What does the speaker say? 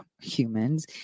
humans